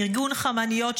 ארגון חמניות,